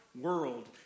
world